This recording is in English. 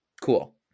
Cool